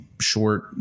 short